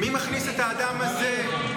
מי מכניס את האדם הזה למשכן הכנסת?